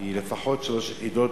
היא לפחות שלוש יחידות.